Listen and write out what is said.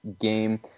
game